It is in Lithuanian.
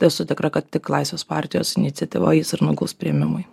tai esu tikra kad tik laisvės partijos iniciatyva jis ir nu gaus priėmimui